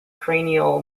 cranial